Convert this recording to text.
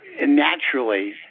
naturally